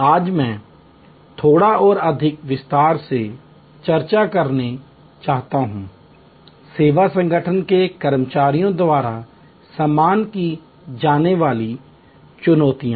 आज मैं थोड़ा और अधिक विस्तार से चर्चा करना चाहता हूं सेवा संगठन के कर्मचारियों द्वारा सामना की जाने वाली चुनौतियां